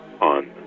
on